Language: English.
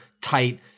tight